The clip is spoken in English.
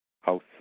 house